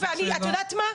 ואת יודעת מה,